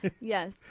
Yes